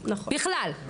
בכלל.